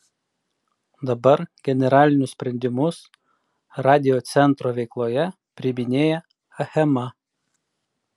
dabar generalinius sprendimus radiocentro veikloje priiminėja achema